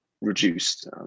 reduced